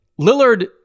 Lillard